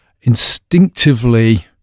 instinctively